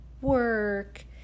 work